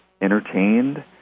entertained